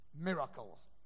miracles